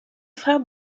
frère